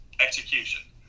execution